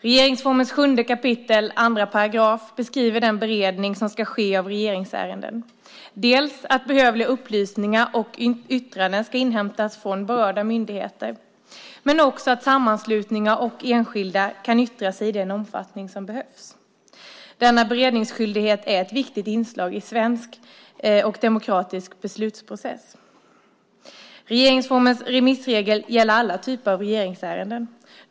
Regeringsformen 7 kap. 2 § beskriver den beredning som ska ske av regeringsärenden. Behövliga upplysningar och yttranden ska inhämtas från berörda myndigheter, och sammanslutningar och enskilda kan yttra sig i den omfattning som behövs. Denna beredningsskyldighet är ett viktigt inslag i svensk demokratisk beslutsprocess. Regeringsformens remissregel gäller alla typer av regeringsärenden.